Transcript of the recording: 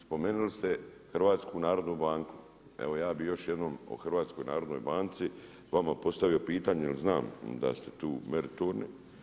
Spomenuli ste HNB, evo ja bi još jednom o HNB-u vama postavio pitanje jer znam da ste tu meritorni.